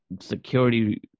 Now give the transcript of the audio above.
security